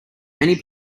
many